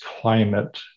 climate